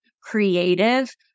creative